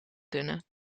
kunnen